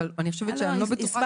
אבל אני לא בטוחה